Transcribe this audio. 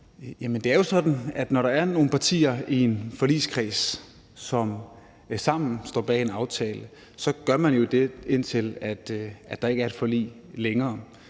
det er jo sådan, at når der er nogle partier i en forligskreds, som sammen står bag en aftale, gør man jo det, indtil der ikke er et forlig længere.